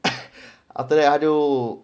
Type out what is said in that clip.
after that 他就